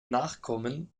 nachkommen